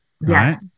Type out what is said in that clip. Yes